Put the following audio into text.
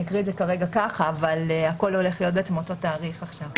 אני אקריא את זה כרגע ככה אבל הכל הולך להיות אותו תאריך עכשיו.